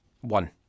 One